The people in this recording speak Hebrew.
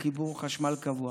לחיבור חשמל קבוע.